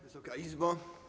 Wysoka Izbo!